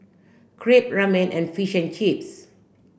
Crepe Ramen and Fish and Chips